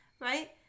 right